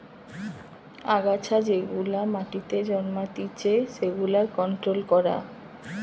আগাছা যেগুলা মাটিতে জন্মাতিচে সেগুলার কন্ট্রোল করা